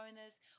owners